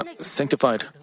sanctified